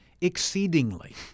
exceedingly